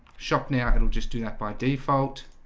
shop now, it'll just do that by default